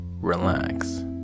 relax